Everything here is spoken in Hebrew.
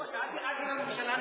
לא, שאלתי רק אם הממשלה נגד,